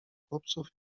chłopców